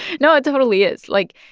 no, it totally is. like,